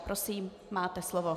Prosím, máte slovo.